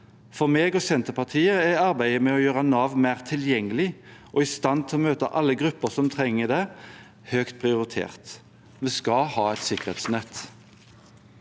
For meg og Senterpartiet er arbeidet med å gjøre Nav mer tilgjengelig og i stand til å møte alle grupper som trenger det, høyt prioritert. Vi skal ha et sikkerhetsnett.